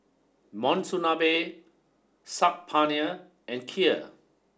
Monsunabe Saag Paneer and Kheer